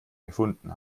gefunden